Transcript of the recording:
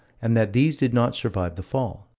and that these did not survive the fall.